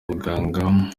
abaganga